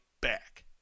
back